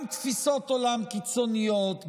גם תפיסות עולם קיצוניות,